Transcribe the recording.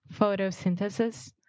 Photosynthesis